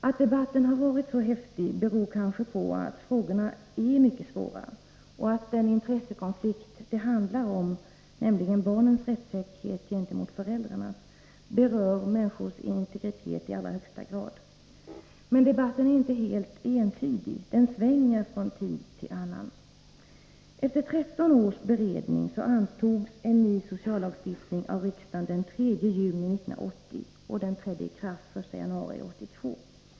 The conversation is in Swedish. Att debatten har varit så häftig beror kanske på att frågorna är mycket svåra och att den intressekonflikt det handlar om, nämligen barnens rättssäkerhet gentemot föräldrarnas, berör människors integritet i allra högsta grad. Men debatten är inte helt entydig. Den svänger från tid till annan. Efter 13 års beredning antogs den 3 juni 1980 en ny sociallagstiftning av riksdagen för att träda i kraft den 1 januari 1982.